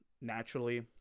naturally